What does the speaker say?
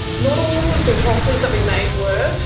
not all of the crosses that we made were,